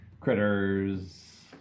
critters